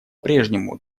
прежнему